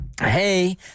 Hey